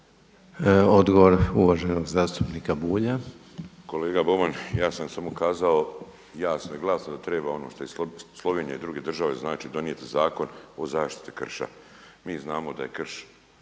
Odgovor uvaženog zastupnika Bulja. **Bulj, Miro (MOST)** Kolega Boban, ja sam samo kazao jasno i glasno da treba ono ima i Slovenija i druge države, znači donijeti Zakon o zaštiti krša. Mi znamo da je krš,